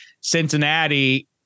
Cincinnati